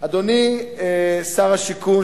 אדוני שר השיכון,